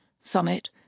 summit